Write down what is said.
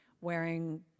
wearing